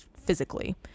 physically